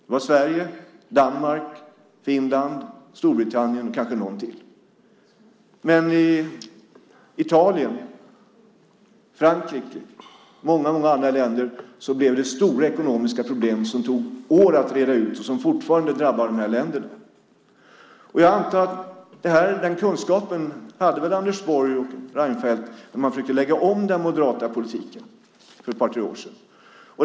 Det var Sverige, Danmark, Finland, Storbritannien och kanske något till. Men i Italien, Frankrike och många andra länder blev det stora ekonomiska problem som tog år att reda ut och som fortfarande drabbar dessa länder. Jag antar att Anders Borg och Reinfeldt hade den kunskapen när de försökte lägga om den moderata politiken för ett par tre år sedan.